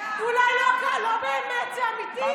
אולי הכול לא באמת אמיתי.